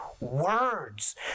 words